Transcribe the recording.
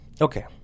okay